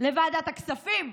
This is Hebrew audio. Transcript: לוועדת הכספים,